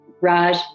Raj